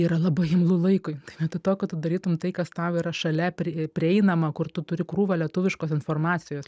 yra labai imlu laikui vietoj to kad tu darytum tai kas tau yra šalia prieinama kur tu turi krūvą lietuviškos informacijos